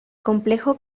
complejo